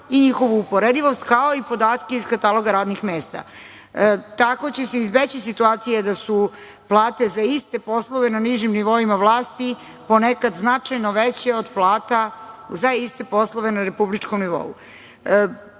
i njihovu uporedivost, kao i podatke iz kataloga radnih mesta. Tako će se izbeći situacija da su plate za iste poslove na nižim nivoima vlasti ponekad značajno veće od plata za iste poslove na republičkom